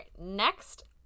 next